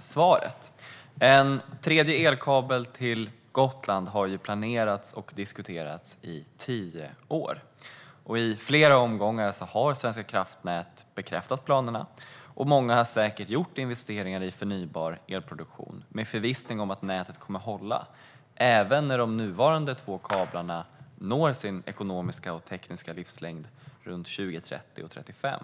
svaret. En tredje elkabel till Gotland har planerats och diskuterats i tio år. I flera omgångar har Svenska kraftnät bekräftat planerna, och många har säkert gjort investeringar i förnybar elproduktion i förvissning om att nätet kommer att hålla även när de nuvarande två kablarna når sin ekonomiska och tekniska livslängd runt 2030-2035.